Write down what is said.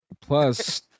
plus